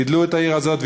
גידלו את העיר הזאת,